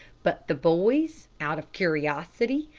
but the boys, out of curiosity,